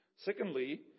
Secondly